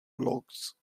logs